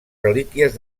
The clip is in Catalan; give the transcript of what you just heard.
relíquies